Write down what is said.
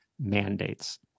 mandates